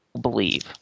believe